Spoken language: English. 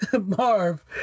Marv